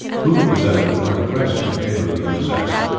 who it was evident were impressed in favour of the young saxon,